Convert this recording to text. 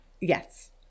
Yes